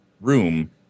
room